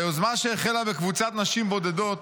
ליוזמה, שהחלה בקבוצת נשים בודדות,